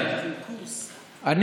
חוקים ש-70 שנה לא עברו, אז מה?